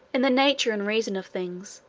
in the nature and reason of things,